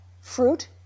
fruit